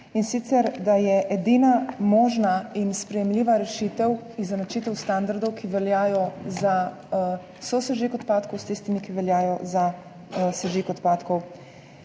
in sicer, da je edina možna in sprejemljiva rešitev izenačitev standardov, ki veljajo za sosežig odpadkov, s tistimi, ki veljajo za sežig odpadkov.